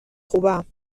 خوبم